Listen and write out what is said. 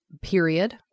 period